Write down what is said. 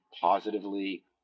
positively